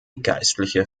geistliche